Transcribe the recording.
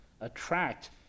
attract